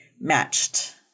matched